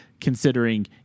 considering